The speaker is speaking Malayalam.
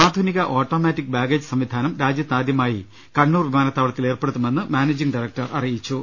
ആധുനിക ഓട്ടോമാറ്റിക് ബാഗേജ് സംവിധാനം രാജ്യത്ത് ആദ്യമായി കണ്ണൂർ വിമാനത്താവളത്തിൽ ഏർപ്പെടുത്തുമെന്ന് മാനേജിങ് ഡയറക്ടർ അറിയിച്ചു